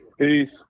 Peace